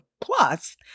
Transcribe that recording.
plus